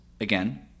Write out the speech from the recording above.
again